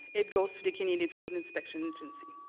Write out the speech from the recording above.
it goes to the canadian food inspection agency.